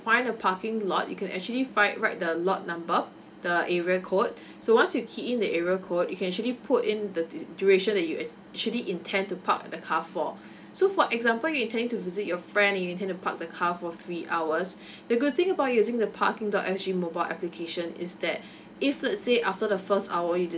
find a parking lot you can actually finf write the lot number the area code so once you key in the area code you can actually put in the d~ duration that you actually intend to park the car for so for example you're trying to visit your friend you intend to park the car for three hours the good thing about using the parking dot S G mobile application is that if let's say after the first hour you